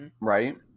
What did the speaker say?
Right